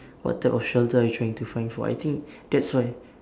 what type of shelter are you trying to find for I think that's why